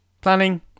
planning